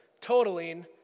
totaling